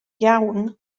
iawn